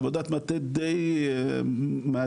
עבודת מטה דיי מאתגרת,